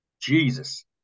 Jesus